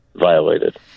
Violated